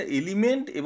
element